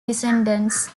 descendants